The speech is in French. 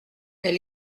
est